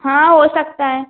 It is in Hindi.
हाँ हो सकता है